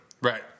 Right